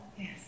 Yes